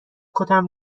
کتم